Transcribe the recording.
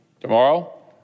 Tomorrow